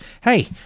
Hey